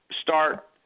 start